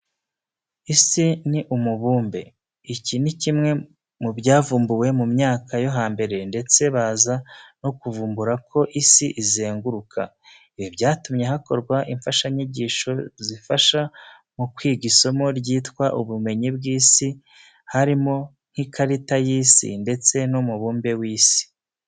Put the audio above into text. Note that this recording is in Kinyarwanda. Isi ni umubumbe. Iki ni kimwe mu byavumbuwe mu myaka yo hambere ndetse baza no kuvumbura ko isi izenguruka. Ibi byatumye hakorwa imfashanyigisho zifasha mu kwiga isomo ryitwa ubumenyi bw'isi harimo nk'ikarita y'isi ndetse n'umubumbe w'isi.